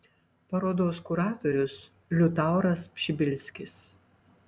parodos kuratorius liutauras pšibilskis